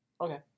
Okay